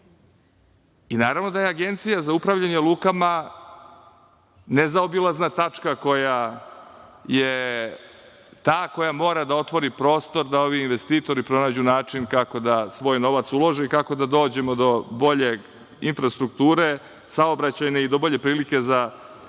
i naravno da je Agencija za upravljanje lukama ne zaobilazna tačka koja je ta koja mora da otvori prostor da ovi investitori pronađu način kako da svoj novac ulože i kako da dođemo do bolje infrastrukture, saobraćajne i do bolje prilike za svakog